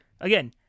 Again